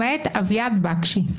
למעט אביעד בקשי,